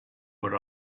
what